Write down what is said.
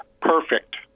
perfect